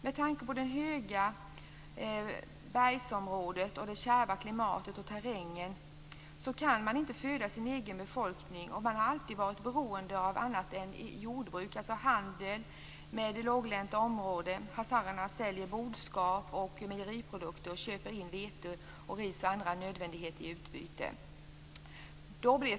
Med tanke på att detta höglänta bergsområde med dess kärva klimat och terräng inte kan föda sin egen befolkning blev följderna mycket besvärliga. Man har alltid varit beroende av annat än jordbruk, av handeln med låglänta områden då man säljer boskap och mejeriprodukter och köper in vete, ris och annat nödvändigt i utbyte.